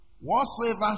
Whatsoever